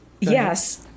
Yes